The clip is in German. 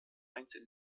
einzige